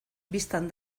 bistan